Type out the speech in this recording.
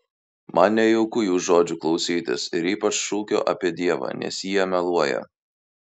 man nejauku jų žodžių klausytis ir ypač šūkio apie dievą nes jie meluoja